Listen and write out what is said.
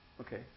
Okay